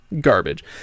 garbage